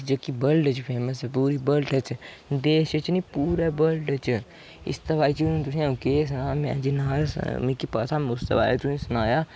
जेह्की वर्ल्ड च फेमस ऐ पूरे वर्ल्ड च देश च निं पूरे वर्लड च इसदे बारे च हून तुसें ई अ'ऊं केह् सनांऽ में जिन्ना हारा मिगी पता हा में उसदे बारे च तुसें ई सनाया